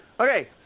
Okay